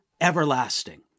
everlasting